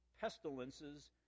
pestilences